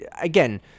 again